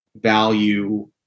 value